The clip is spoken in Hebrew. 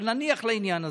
אבל נניח לעניין הזה.